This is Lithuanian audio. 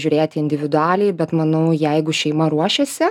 žiūrėti individualiai bet manau jeigu šeima ruošėsi